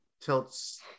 tilts